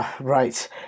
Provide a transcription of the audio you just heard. right